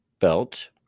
belt